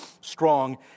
strong